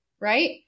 right